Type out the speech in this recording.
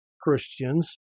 Christians